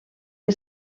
que